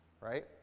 right